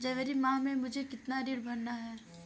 जनवरी माह में मुझे कितना ऋण भरना है?